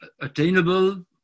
attainable